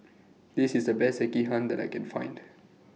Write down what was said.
This IS The Best Sekihan that I Can Find